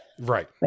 right